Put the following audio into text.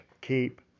keep